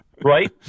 right